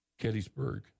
Gettysburg